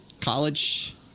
college